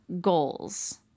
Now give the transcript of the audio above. goals